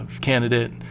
candidate